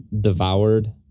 devoured